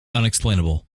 unexplainable